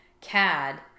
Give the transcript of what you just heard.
CAD